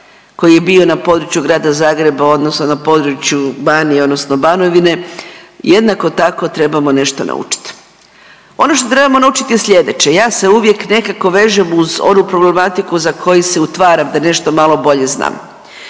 koji je bio na području grada Zagreba odnosno na području Banije odnosno Banovine jednako tako trebamo nešto naučit. Ono što trebamo naučit je sljedeće, ja se uvijek nekako vežem uz onu problematiku za koju si utvaram da nešto malo bolje znam.